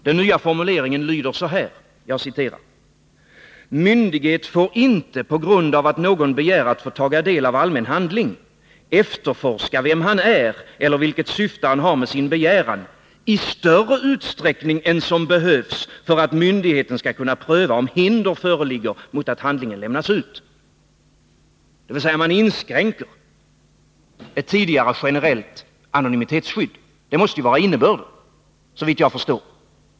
Den nya formuleringen lyder så här: ”Myndighet får inte på grund av att någon begär att få taga del av allmän handling efterforska vem han är eller vilket syfte han har med sin begäran i större utsträckning än som behövs för att myndigheten skall kunna pröva om hinder föreligger mot att handlingen lämnas ut.” Man inskränker alltså ett tidigare generellt anonymitetsskydd — det måste vara innebörden, såvitt jag förstår.